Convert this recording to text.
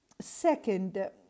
Second